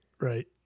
Right